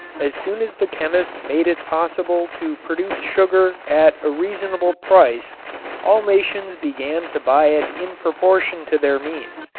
as soon as the chemist made it possible to produce sugar at a reasonable price all nations began to buy it in proportion to their means.